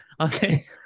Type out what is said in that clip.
Okay